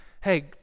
Hey